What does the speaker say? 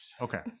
Okay